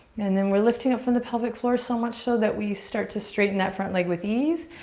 and then we're lifting up from the pelvic floor so much so that we start to straighten that front leg with ease.